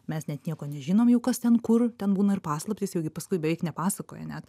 mes net nieko nežinom jau kas ten kur ten būna ir paslaptys jau gi paskui beveik nepasakoja net